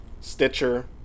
Stitcher